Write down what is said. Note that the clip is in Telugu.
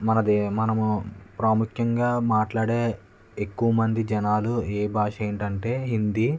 మనది మనము ప్రాముఖ్యంగా మాట్లాడే ఎక్కువ మంది జనాలు ఏ భాష ఏంటంటే హిందీ